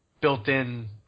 built-in